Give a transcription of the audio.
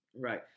Right